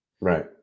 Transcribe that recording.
Right